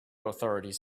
authorities